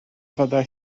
fyddai